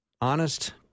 honest